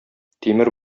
тимер